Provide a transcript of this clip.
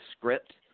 script